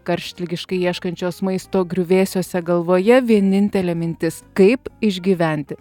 karštligiškai ieškančios maisto griuvėsiuose galvoje vienintelė mintis kaip išgyventi